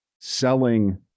selling